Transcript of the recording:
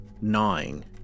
gnawing